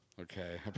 Okay